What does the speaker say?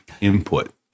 input